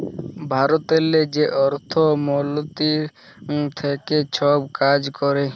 ভারতেরলে যে অর্থ মলতিরি থ্যাকে ছব কাজ ক্যরে